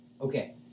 Okay